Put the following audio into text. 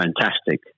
fantastic